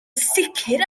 sicr